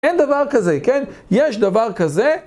אין דבר כזה, כן? יש דבר כזה